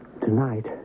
tonight